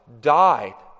died